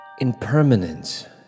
impermanent